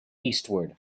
eastward